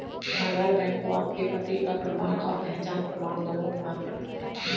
आधार bank को आपके पते का प्रमाण और पहचान प्रमाण दोनों प्रदान करता है